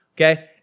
okay